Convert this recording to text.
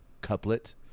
couplet